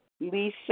Lisa